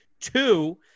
Two